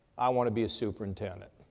i want to be a superintendent.